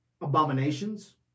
abominations